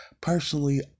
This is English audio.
Personally